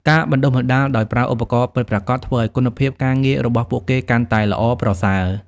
ការបណ្តុះបណ្តាលដោយប្រើឧបករណ៍ពិតប្រាកដធ្វើឱ្យគុណភាពការងាររបស់ពួកគេកាន់តែល្អប្រសើរ។